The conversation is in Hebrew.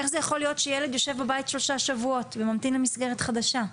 איך יכול להיות שילד יושב בבית שלושה שבועות וממתין למסגרת חדשה?